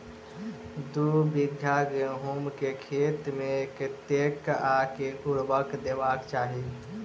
दु बीघा गहूम केँ खेत मे कतेक आ केँ उर्वरक देबाक चाहि?